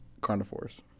Carnivores